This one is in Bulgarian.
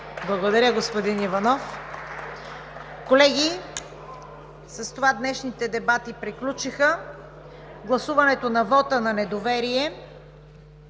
Благодаря Ви, господин Иванов. Колеги, с това днешните дебати приключиха. Гласуването на вота на недоверие